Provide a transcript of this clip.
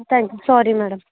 thank sorry madam